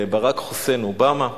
ברק חוסיין אובמה,